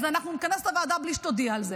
אז אנחנו נכנס את הוועדה בלי שתודיע על זה,